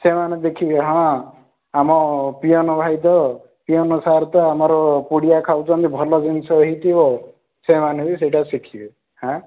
ସେମାନେ ଦେଖିବେ ହଁ ଆମ ପିଅନ୍ ଭାଇ ତ ପିଅନ୍ ସାର୍ ତ ଆମର ପୁଡ଼ିଆ ଖାଉଛନ୍ତି ଭଲ ଜିନିଷ ହେଇଥିବ ସେମାନେ ବି ସେଇଟା ଶିଖିବେ ହାଁ